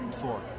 four